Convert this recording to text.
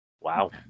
Wow